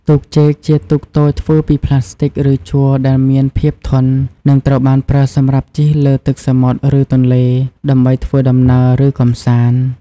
ទូកចេកជាទូកតូចធ្វើពីផ្លាស្ទិចឬជ័រដែលមានភាពធន់ និងត្រូវបានប្រើសម្រាប់ជិះលើទឹកសមុទ្រ ឬទន្លេ ដើម្បីធ្វើដំណើរឬកម្សាន្ត។